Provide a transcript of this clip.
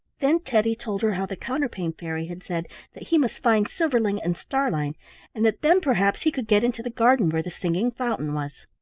then teddy told her how the counterpane fairy had said that he must find silverling and starlein and that then perhaps he could get into the garden where the singing fountain was.